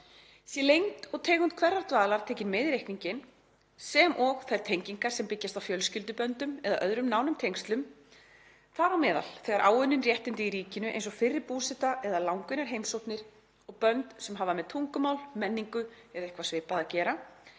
Sé lengd og tegund hverrar dvalar tekin með í reikninginn sem og þær tengingar sem byggjast á fjölskylduböndum eða öðrum nánum tengslum, þar á meðal þegar áunnin réttindi í ríkinu, eins og fyrri búseta eða langvinnar heimsóknir og bönd sem hafa með tungumál, menningu eða eitthvað svipað að gera,